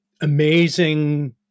amazing